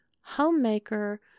homemaker